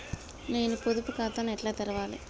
నేను పొదుపు ఖాతాను ఎట్లా తెరవాలి?